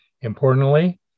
Importantly